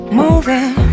moving